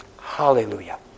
Hallelujah